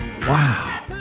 Wow